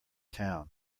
town